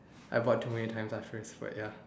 I bought too many times last time but ya